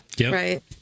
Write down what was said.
right